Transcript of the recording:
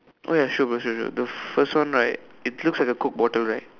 oh ya sure bro sure sure the first one right it looks like a coke bottle right